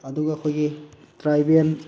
ꯑꯗꯨꯒ ꯑꯩꯈꯣꯏꯒꯤ ꯇ꯭ꯔꯥꯏꯕꯦꯜ